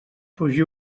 fuig